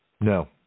No